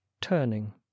turning